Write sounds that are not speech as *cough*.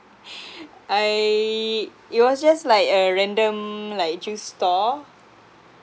*breath* I it was just like a random like juice store